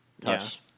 touch